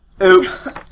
Oops